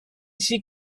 she